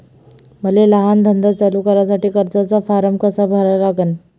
मले लहान धंदा चालू करासाठी कर्जाचा फारम कसा भरा लागन?